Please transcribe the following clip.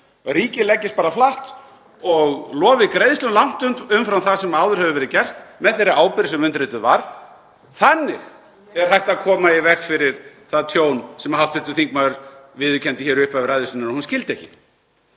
ríkið leggist bara flatt og lofi greiðslum langt umfram það sem áður hefur verið gert með þeirri ábyrgð sem undirrituð var. Þannig er hægt að koma í veg fyrir það tjón sem hv. þingmaður viðurkenndi í upphafi ræðu sinnar að hún skildi ekki.